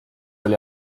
oli